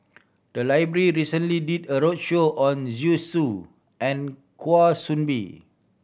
the library recently did a roadshow on Zhu Xu and Kwa Soon Bee